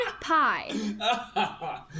pie